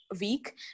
week